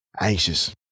anxious